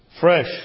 fresh